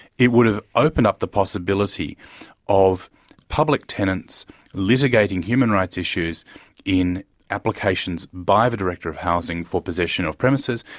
it would've opened up the possibility of public tenants litigating human rights issues in applications by the director of housing for possession of premises,